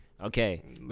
Okay